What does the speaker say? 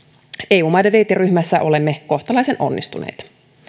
eu maiden viiteryhmässä olemme kohtalaisen onnistuneita